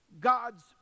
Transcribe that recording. God's